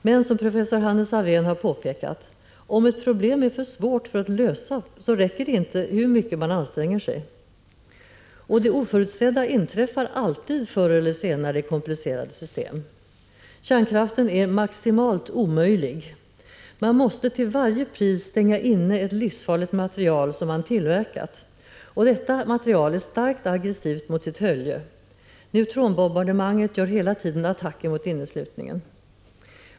Men som professor Hannes Alfvén har påpekat: om ett problem är för svårt för att lösa, då räcker det inte hur mycket man än anstränger sig. Det oförutsedda inträffar alltid förr eller senare i komplicerade system. Kärnkraften är maximalt omöjlig. Man måste till varje pris stänga inne ett livsfarligt material som man tillverkat och detta material är starkt aggressivt mot sitt hölje. Neutronbombardemanget gör hela tiden attacker mot inneslutningen.